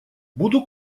буду